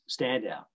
standout